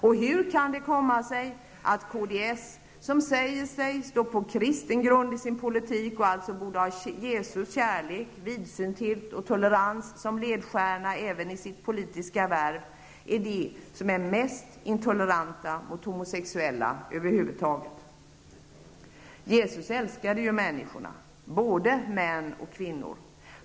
Och hur kan det komma sig att kds, som säger sig stå på kristen grund i sin politik och alltså borde ha Jesus kärlek, vidsynthet och tolerans som ledstjärna även i sitt politiska värv, är de som är mest intoleranta mot homosexuella över huvud taget? Jesus älskade ju människorna, både män och kvinnor.